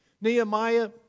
Nehemiah